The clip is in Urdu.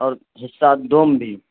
اور حصہ دوم بھی